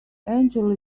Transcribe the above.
angela